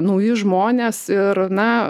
nauji žmonės ir na